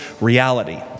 reality